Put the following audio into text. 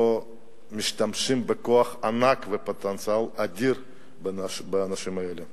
לא משתמשים בכוח הענק ובפוטנציאל האדיר של האנשים האלה.